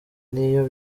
niyo